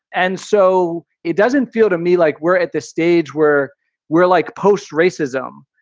and so it doesn't feel to me like we're at this stage where we're like post racism.